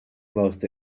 most